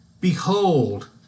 Behold